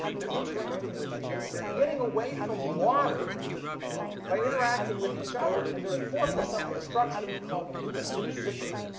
they're interacting with each other. they're getting away from water by interacting with each other, and they're forming so a structure that we call a leucine zipper.